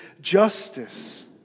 justice